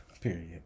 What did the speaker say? Period